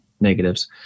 negatives